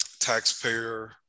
taxpayer